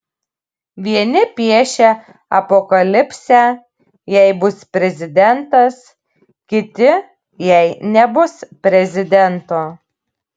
vieni piešia apokalipsę jei bus prezidentas kiti jei nebus prezidento